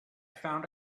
found